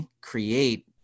create